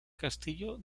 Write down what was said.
castillo